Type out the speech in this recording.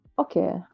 okay